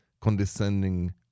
condescending